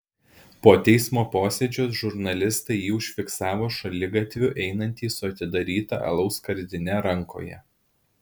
po teismo posėdžio žurnalistai jį užfiksavo šaligatviu einantį su atidaryta alaus skardine rankoje